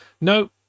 No